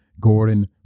Gordon